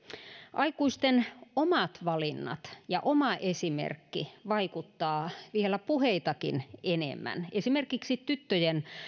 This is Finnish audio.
aikuisten omat valinnat ja oma esimerkki vaikuttavat vielä puheitakin enemmän esimerkiksi tyttöjen